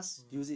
mm